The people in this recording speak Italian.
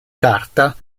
carta